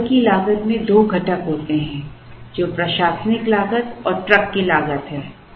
order की लागत में दो घटक होते हैं जो प्रशासनिक लागत और ट्रक की लागत है